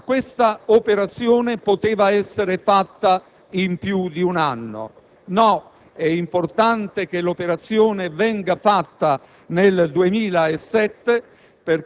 esponenti dell'opposizione: ma questa operazione poteva essere fatta in più di un anno. No, è importante che l'operazione venga fatta